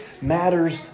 matters